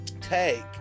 take